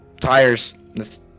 tires